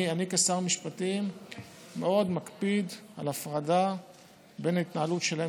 אני כשר המשפטים מאוד מקפיד על הפרדה בין ההתנהלות שלהם